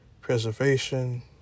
preservation